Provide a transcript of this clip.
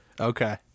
okay